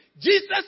Jesus